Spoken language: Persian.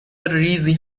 ریزی